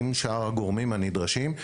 עם שאר הגורמים הנדרשים,